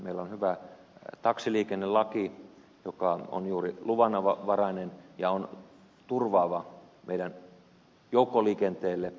meillä on hyvä taksiliikennelaki jonka mukaan taksiliikenne on juuri luvanvarainen ja joka on turvaava meidän joukkoliikenteellemme käyttäjille